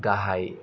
गाहाय